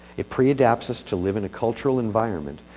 it pre-adapts us to live in a cultural environment,